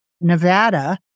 Nevada